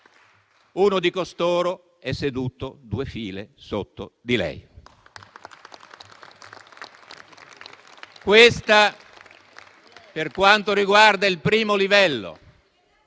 uno di costoro è seduto due file sotto di lei.